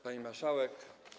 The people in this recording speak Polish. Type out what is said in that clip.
Pani Marszałek!